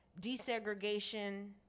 desegregation